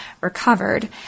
recovered